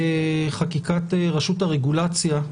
בחקיקת רשות הרגולציה,